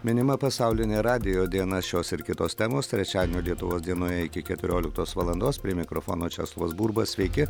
minima pasaulinė radijo diena šios ir kitos temos trečiadienio lietuvos dienoje iki keturioliktos valandos prie mikrofono česlovas burba sveiki